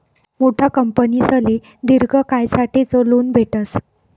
मोठा कंपनीसले दिर्घ कायसाठेच लोन भेटस